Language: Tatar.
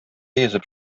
йөзеп